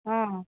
ହଁ ହଁ